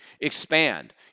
expand